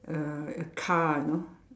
a a car you know